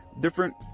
different